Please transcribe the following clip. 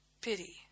pity